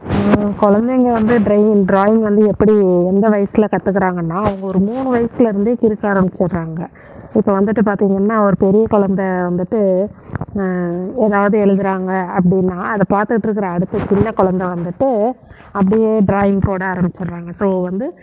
குழந்தைங்க வந்து drying drawing வந்து எப்படி எந்த வயசில் கற்றுக்குறாங்கன்னா அவங்க ஒரு மூணு வயசுலேருந்தே கிறுக்க ஆரம்பிச்சிடுறாங்க இப்போது வந்துவிட்டு பார்த்தீங்கன்னா ஒரு பெரிய குழந்த வந்துவிட்டு ஏதாவது எழுதுறாங்க அப்படின்னா அதை பார்த்துட்ருக்கற அடுத்த சின்ன குழந்த வந்துவிட்டு அப்படியே டிராயிங் போட ஆரம்பிச்சிடுறாங்க ஸோ வந்து